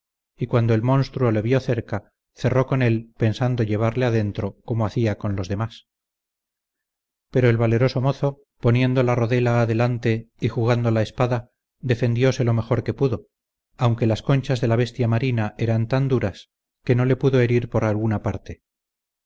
y cuando el monstruo le vio cerca cerró con él pensando llevarle adentro como hacía con los demás pero el valeroso mozo poniendo la rodela adelante y jugando la espada defendiose lo mejor que pudo aunque las conchas de la bestia marina eran tan duras que no le pudo herir por alguna parte